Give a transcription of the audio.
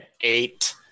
Eight